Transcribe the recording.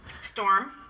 Storm